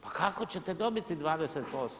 Pa kako ćete dobiti 20%